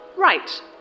Right